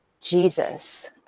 Jesus